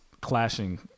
clashing